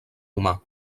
humà